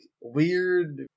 weird